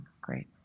great